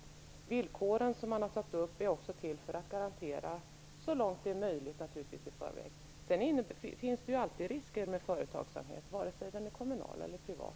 De villkor som har satts upp är också till för att ge garantier så långt det i förväg är möjligt. Det finns alltid risker med företagsamhet, vare sig den är kommunal eller privat.